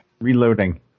Reloading